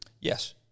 Yes